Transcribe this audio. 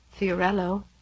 Fiorello